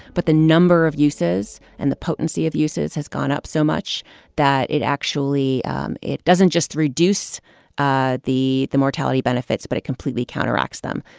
but the number of uses and the potency of uses has gone up so much that it actually um it doesn't just reduce ah the the mortality benefits, but it completely counteracts them,